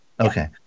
Okay